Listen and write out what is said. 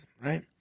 right